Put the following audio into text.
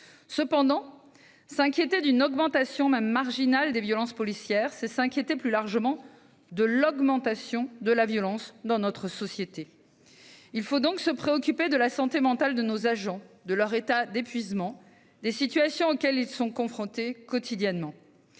Cependant, s'inquiéter d'une augmentation, même marginale, des violences policières, c'est s'inquiéter, plus largement, de l'augmentation de la violence dans notre société. Il nous faut donc nous préoccuper de la santé mentale de nos agents, de leur état d'épuisement, des situations auxquelles ils sont confrontés quotidiennement.